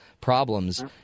problems